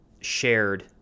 shared